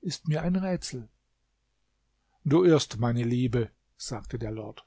ist mir ein rätsel du irrst meine liebe sagte der lord